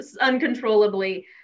uncontrollably